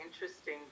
interesting